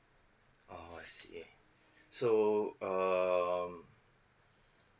oh I see so um